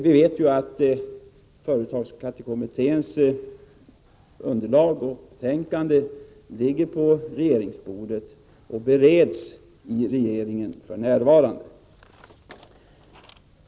Vi vet ju att företagsskattekommitténs underlag och betänkande ligger på regeringens bord och för närvarande bereds i regeringen.